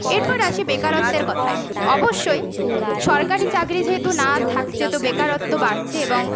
এরপর আসি বেকারত্বের কথায় অবশ্যই সরকারি চাকরি যেহেতু না থাকছে তো বেকারত্ব বাড়ছে এবং